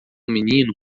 menino